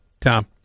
Tom